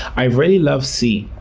i really love c.